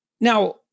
now